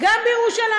גם בירושלים.